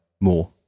more